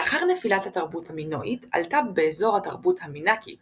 לאחר נפילת התרבות המינואית עלתה באזור התרבות המיקנית